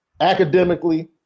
academically